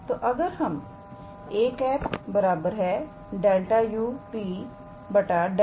तोअगर हम 𝑎̂ ∇⃗ 𝑢𝑃